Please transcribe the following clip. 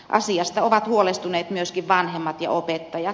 asiasta ovat huolestuneet myöskin vanhemmat ja opettajat